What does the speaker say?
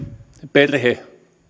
perhe